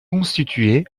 constituer